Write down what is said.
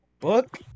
book